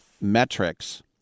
metrics